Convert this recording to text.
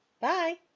Bye